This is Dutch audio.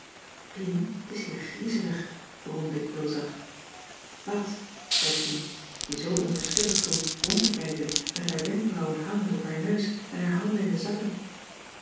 pien t is hier griezelig bromde ik heel zacht wat zei pien die zoo onverschillig stond rond te kijken met haar wenkbrauwen hangend op haar neus en haar handen in de zakken